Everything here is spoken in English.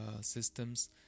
systems